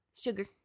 Sugar